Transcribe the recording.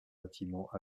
bâtiments